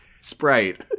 sprite